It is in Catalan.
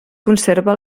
conserva